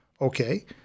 Okay